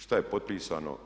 Što je potpisano?